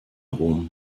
rom